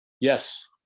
Yes